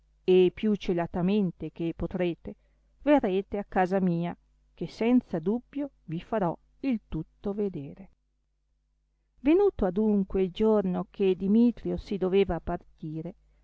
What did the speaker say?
e più colatamente che potrete verrete a casa mia che senza dubbio vi farò il tutto vedere venuto adunque il giorno che dimitrio si doveva partire